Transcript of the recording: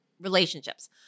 relationships